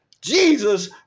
Jesus